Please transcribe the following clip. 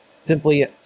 simply